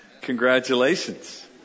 congratulations